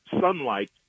sunlight